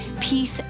peace